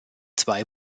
zwei